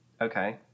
Okay